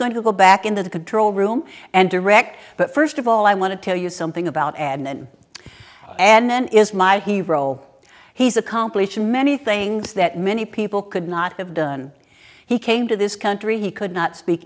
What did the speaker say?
going to go back into the control room and direct but first of all i want to tell you something about adnan and then is my he role he's a compilation many things that many people could not have done he came to this country he could not speak